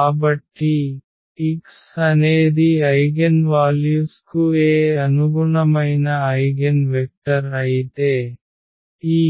కాబట్టి x అనేది eigenvalues కు A అనుగుణమైన ఐగెన్ వెక్టర్ అయితే ఈ